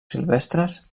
silvestres